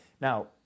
Now